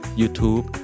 YouTube